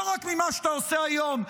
לא רק ממה שאתה עושה היום,